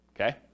okay